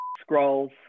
Scrolls